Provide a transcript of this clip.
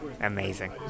amazing